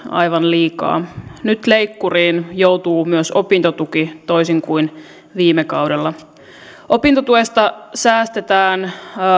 aivan liikaa nyt leikkuriin joutuu myös opintotuki toisin kuin viime kaudella opintotuesta säästetään